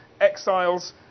exiles